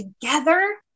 together